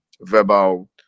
verbal